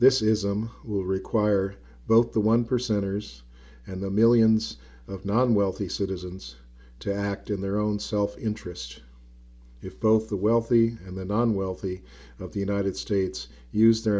this is m who require both the one percenters and the millions of non wealthy citizens to act in their own self interest if both the wealthy and the non wealthy of the united states use their